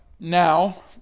now